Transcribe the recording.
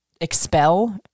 expel